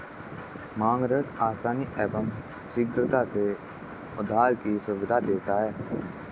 मांग ऋण आसानी एवं शीघ्रता से उधार की सुविधा देता है